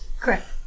Correct